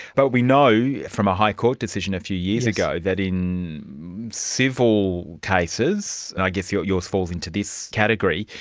but we know from a high court decision a few years ago that in civil cases, and i guess yours falls into this category,